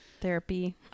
Therapy